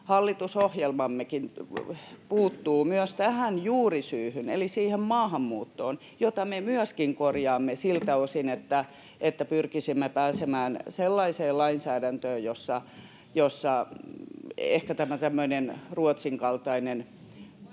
hallitusohjelmammekin puuttuu myös tähän juurisyyhyn eli siihen maahanmuuttoon, jota me myöskin korjaamme siltä osin, että pyrkisimme pääsemään sellaiseen lainsäädäntöön, jossa ehkä tämä tämmöinen Ruotsin